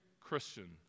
Christian